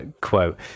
quote